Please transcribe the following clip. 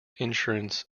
insurance